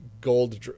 Gold